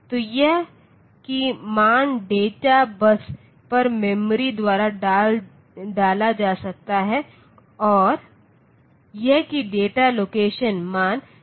तो यह कि मान डेटा बस पर मेमोरी द्वारा डाला जा सकता है और यह कि डेटा लोकेशन मान डेटा बस पर आ सकता है